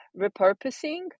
repurposing